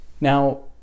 now